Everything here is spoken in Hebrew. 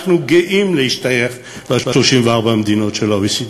אנחנו גאים להשתייך ל-34 המדינות של ה-OECD,